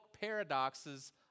paradoxes